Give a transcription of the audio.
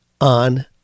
on